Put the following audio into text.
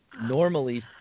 normally